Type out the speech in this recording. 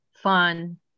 fun